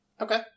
Okay